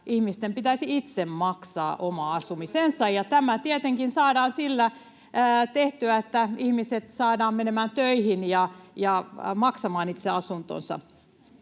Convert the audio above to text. ihmisten pitäisi itse maksaa oma asumisensa. Tämä tietenkin saadaan sillä tehtyä, että ihmiset saadaan menemään töihin ja maksamaan itse asuntonsa.